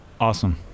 awesome